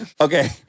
Okay